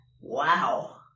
Wow